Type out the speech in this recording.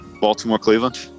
Baltimore-Cleveland